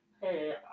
Hey